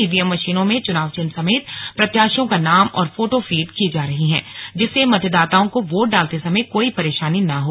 EVM मशीनों में चुनाव चिन्ह समेत प्रत्याशियों का नाम और फोटो फीड की जा रही हैं जिससे मतदाताओं को वोट डालते समय कोई परेशानी न हो